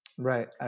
Right